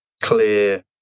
clear